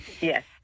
yes